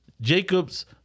Jacobs